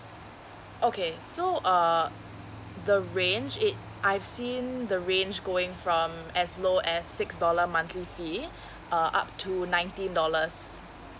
okay so uh the range is~ I've seen the range going from as low as six dollar monthly fee uh up to nineteen dollars